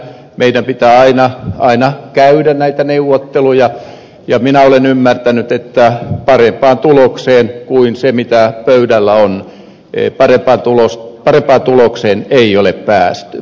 meidän pitää aina käydä näitä neuvotteluja ja minä olen ymmärtänyt että parempaan tulokseen kuin siihen mikä pöydällä on ei ole päästy